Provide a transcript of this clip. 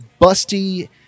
busty